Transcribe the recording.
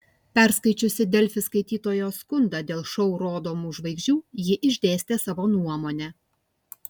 perskaičiusi delfi skaitytojo skundą dėl šou rodomų žvaigždžių ji išdėstė savo nuomonę